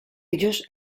ellos